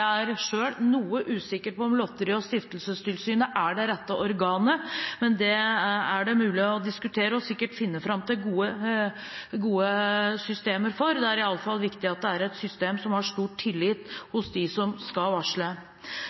er selv noe usikker på om Lotteri- og stiftelsestilsynet er det rette organet, men det er det mulig å diskutere og sikkert finne fram til gode systemer for. Det er i alle fall viktig at det er et system som har stor tillit hos dem som skal varsle.